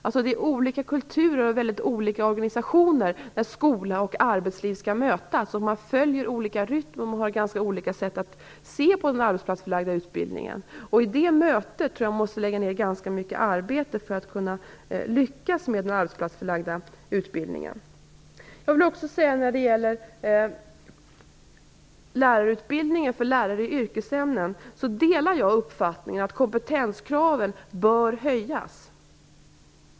Det är ju olika kulturer och väldigt olika organisationer som skola och arbetsliv skall mötas i. Man följer olika rytm och har ganska olika sätt att se på den arbetsplatsförlagda utbildningen. Jag tror att ganska mycket arbete måste läggas ner på det mötet för att det skall lyckas med den arbetsplatsförlagda utbildningen. När det gäller lärarutbildningen för lärare i yrkesämnen delar jag uppfattningen att kompetenskraven bör höjas.